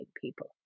people